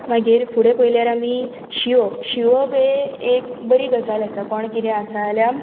मागीर फुडें पळल्यार आमी शिवप शिवप हे एक बरी गजाल आसा कोण कितें आसा आल्या